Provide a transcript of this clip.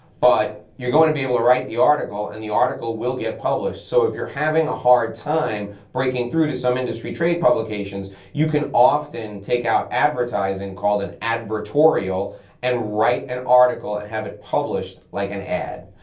but you're going to be able to write the article and the article will get published so if you're having a hard time breaking through to some industry trade publications you can often take out advertising called an advertorial and write an article and have it published like an ad.